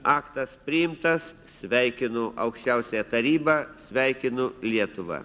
aktas priimtas sveikinu aukščiausiąją tarybą sveikinu lietuvą